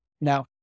Now